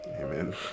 Amen